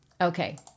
Okay